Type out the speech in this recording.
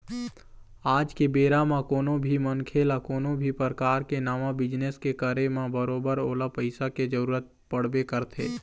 आज के बेरा म कोनो भी मनखे ल कोनो भी परकार के नवा बिजनेस के करे म बरोबर ओला पइसा के जरुरत पड़बे करथे